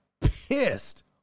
pissed